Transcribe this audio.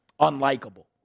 unlikable